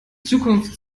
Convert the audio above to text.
zukunft